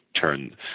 turn